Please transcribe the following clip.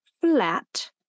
flat